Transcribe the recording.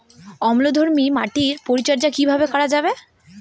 অম্লধর্মীয় মাটির পরিচর্যা কিভাবে করা যাবে?